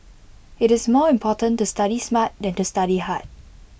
IT is more important to study smart than to study hard